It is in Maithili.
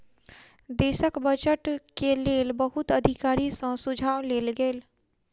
देशक बजट के लेल बहुत अधिकारी सॅ सुझाव लेल गेल